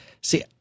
See